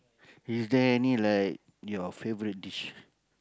is there any like your favourite dish